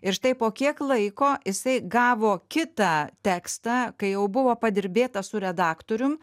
ir štai po kiek laiko jisai gavo kitą tekstą kai jau buvo padirbėta su redaktorium